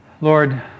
Lord